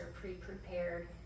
pre-prepared